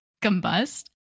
combust